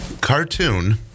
cartoon